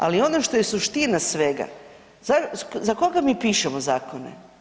Ali ono što je suština svega, za koga mi pišemo zakone?